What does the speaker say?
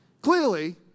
Clearly